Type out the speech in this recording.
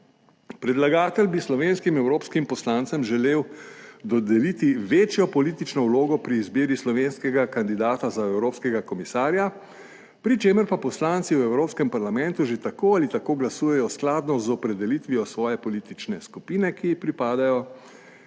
predlagatelj bi slovenskim evropskim poslancem želel dodeliti večjo politično vlogo pri izbiri slovenskega kandidata za evropskega komisarja, pri čemer pa poslanci v Evropskem parlamentu že tako ali tako glasujejo skladno z opredelitvijo svoje politične skupine, ki ji pripadajo,